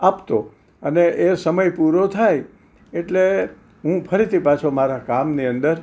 આપતો અને એ સમય પૂરો થાય એટલે હું ફરીથી પાછો મારા કામની અંદર